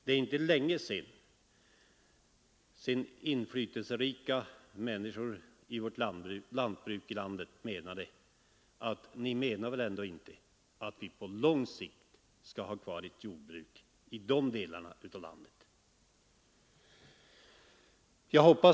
Det är inte länge sedan inflytelserika människor i vårt land sade: Ni menar väl ändå inte att vi på lång sikt skall ha kvar ett jordbruk i de delarna av landet!